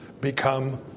become